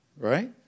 Right